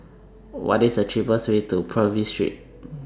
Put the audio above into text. What IS The cheapest Way to Purvis Street